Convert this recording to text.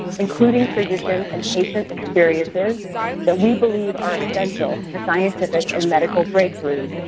including physician and patient experiences that we believe are essential for scientific and medical breakthroughs.